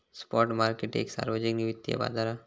spot market एक सार्वजनिक वित्तिय बाजार हा